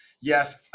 yes